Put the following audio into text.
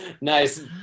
Nice